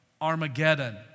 Armageddon